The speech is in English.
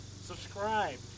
Subscribe